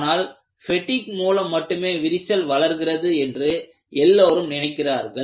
ஆனால் பெட்டிக் மூலம் மட்டுமே விரிசல் வளர்கிறது என்று எல்லோரும் நினைக்கிறார்கள்